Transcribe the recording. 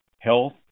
health